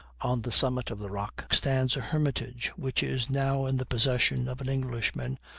on the summit of the rock stands a hermitage, which is now in the possession of an englishman,